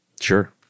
Sure